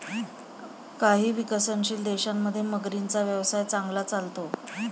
काही विकसनशील देशांमध्ये मगरींचा व्यवसाय चांगला चालतो